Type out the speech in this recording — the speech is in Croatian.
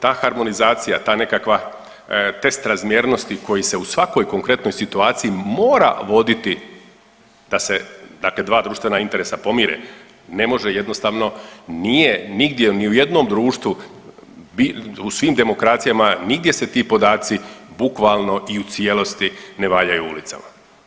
Ta harmonizacija ta nekakva test razmjernosti koji se u svakoj konkretnoj situaciji mora voditi da se dakle dva društvena interesa pomire ne može jednostavno nije nigdje ni u jednom društvu u svim demokracijama nigdje se ti podaci bukvalno i u cijelosti ne valjaju ulicama.